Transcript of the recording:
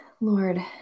Lord